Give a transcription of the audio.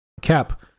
cap